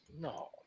No